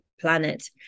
planet